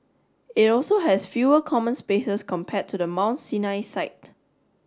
it also has fewer common spaces compared to the Mount Sinai site